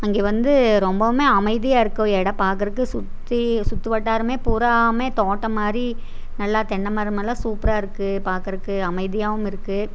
அங்கே வந்து ரொம்பவும் அமைதியாயிருக்கும் இடம் பாக்குறதுக்கு சுற்றி சுத்துவட்டாரம் பூராவும் தோட்டம் மாதிரி நல்லா தென்னை மரமெல்லாம் சூப்பராயிருக்கு பாக்குறதுக்கு அமைதியாயிருக்கு